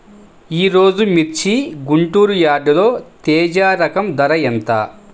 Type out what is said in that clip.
ఈరోజు మిర్చి గుంటూరు యార్డులో తేజ రకం ధర ఎంత?